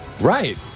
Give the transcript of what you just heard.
Right